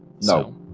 No